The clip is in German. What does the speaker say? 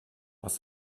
was